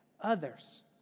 others